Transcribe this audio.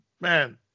man